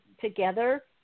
together